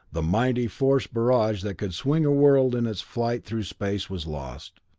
the mighty force barrage that could swing a world in its flight through space, was lost.